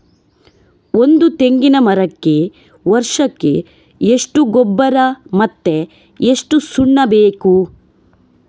ಒಂದು ತೆಂಗಿನ ಮರಕ್ಕೆ ವರ್ಷಕ್ಕೆ ಎಷ್ಟು ಗೊಬ್ಬರ ಮತ್ತೆ ಎಷ್ಟು ಸುಣ್ಣ ಬೇಕು?